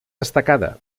destacada